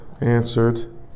answered